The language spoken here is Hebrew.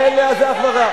אין לזה אח ורע.